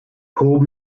pulled